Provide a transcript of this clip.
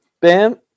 bam